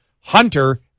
Hunter